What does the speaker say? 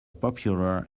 popular